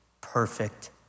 perfect